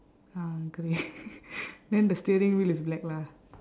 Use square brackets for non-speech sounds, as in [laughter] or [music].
um grey [laughs] then the steering wheel is black lah